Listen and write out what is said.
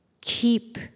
keep